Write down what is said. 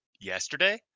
yesterday